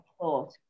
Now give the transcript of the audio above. thought